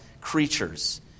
creatures